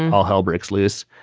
all hell breaks loose.